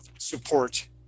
support